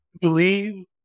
believe